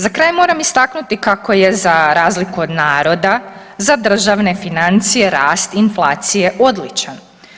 Za kraj moram istaknuti kako je za razliku od naroda za državne financije rast inflacije odličan.